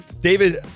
David